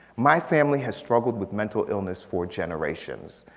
my family has struggled with mental illness for generations.